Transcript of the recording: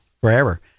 forever